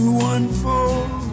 unfold